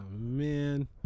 man